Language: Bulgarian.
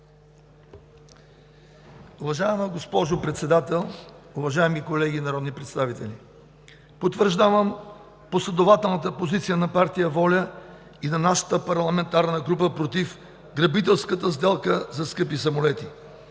Уважаема госпожо Председател, уважаеми колеги народни представители! Потвърждавам последователната позиция на партия ВОЛЯ и на нашата парламентарна група против грабителската сделка за скъпи самолети,